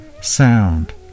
sound